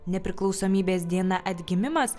nepriklausomybės diena atgimimas